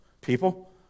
people